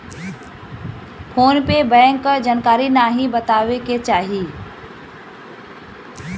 phone पे bank क जानकारी नाहीं बतावे के चाही